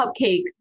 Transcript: cupcakes